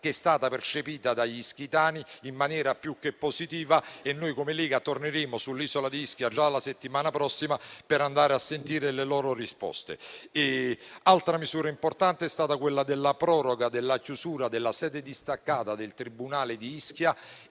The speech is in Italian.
che è stata percepita dagli ischitani in maniera più che positiva, e noi come Lega torneremo sull'isola di Ischia già la settimana prossima per ascoltare le loro risposte. Un'altra misura importante è stata la proroga della chiusura della sede distaccata del tribunale di Ischia